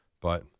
but-